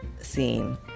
scene